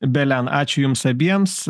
belen ačiū jums abiems